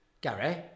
Gary